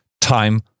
time